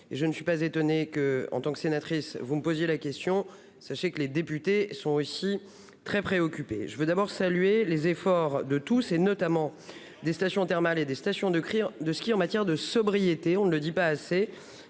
je ne suis pas étonné que en tant que sénatrice. Vous me posiez la question, sachez que les députés sont aussi très préoccupé, je veux d'abord saluer les efforts de tous et notamment des stations thermales et des stations de crimes de ski en matière de sobriété. On ne le dit pas assez,